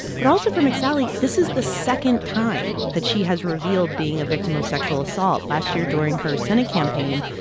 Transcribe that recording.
but also, from mcsally, this is the second time that she has revealed being a victim of sexual assault. last year, during her senate campaign,